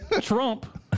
Trump